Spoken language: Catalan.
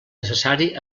necessari